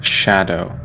shadow